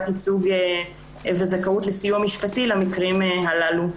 ייצוג וזכאות לסיוע משפטי למקרים הללו.